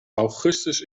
augustus